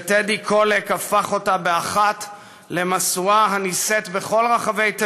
וטדי קולק הפך אותה באחת למשואה הנישאת בכל רחבי תבל,